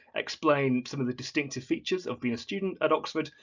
explain some of the distinctive features of being a student at oxford,